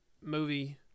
movie